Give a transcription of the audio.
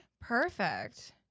Perfect